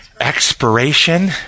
expiration